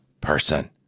person